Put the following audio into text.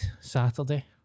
Saturday